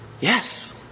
Yes